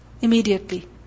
immediately